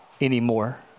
anymore